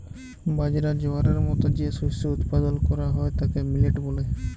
বাজরা, জয়ারের মত যে শস্য উৎপাদল ক্যরা হ্যয় তাকে মিলেট ব্যলে